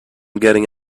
getting